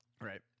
Right